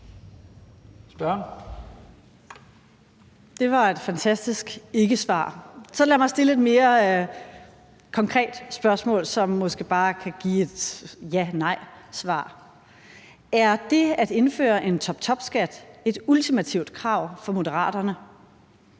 Det var et fantastisk ikkesvar. Så lad mig stille et mere konkret spørgsmål, som måske bare kan udløse et ja- eller nejsvar: Er det at indføre en toptopskat et ultimativt krav for Moderaterne?